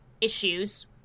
issues